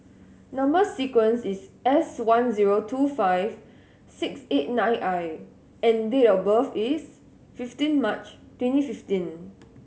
number sequence is S one zero two five six eight nine I and date of birth is fifteen March twenty fifteen